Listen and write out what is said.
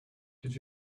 did